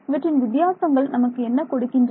இவற்றின் வித்தியாசங்கள் நமக்கு என்ன கொடுக்கின்றன